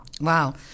Wow